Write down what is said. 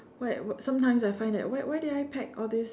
why sometimes I find that why why did I pack all this